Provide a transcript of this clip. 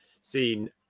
seen